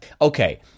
Okay